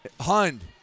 Hund